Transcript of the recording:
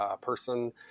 person